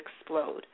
explode